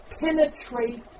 penetrate